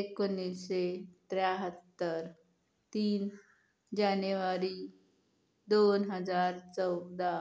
एकोणिसशे त्र्याहत्तर तीन जानेवारी दोन हजार चौदा